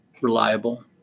reliable